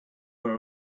are